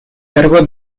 cargo